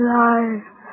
life